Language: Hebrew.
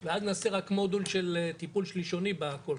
ואז נעשה רק מודול של טיפול שלישוני בקולחים.